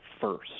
first